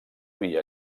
via